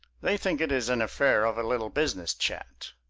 they think it is an affair of a little business chat,